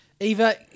Eva